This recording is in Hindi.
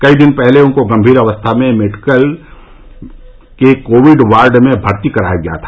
कई दिन पहले उनको गंभीर अवस्था मे मेरठ मेडिकल के कोविंड वार्ड में भर्ती कराया गया था